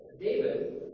David